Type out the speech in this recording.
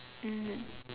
mmhmm